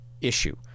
issue